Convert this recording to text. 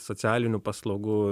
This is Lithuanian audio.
socialinių paslaugų